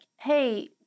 hey